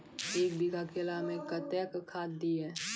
एक बीघा केला मैं कत्तेक खाद दिये?